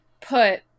put